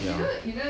ya